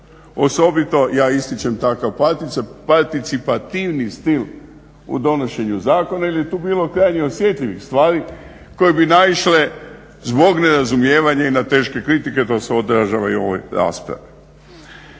Osobito ja ističem takav participativni stil u donošenju zakona jer je tu bilo krajnje osjetljivih stvari koje bi naišle zbog nerazumijevanja i na teške kritike. To se odražava i u ovoj raspravi.